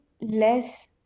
less